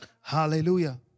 Hallelujah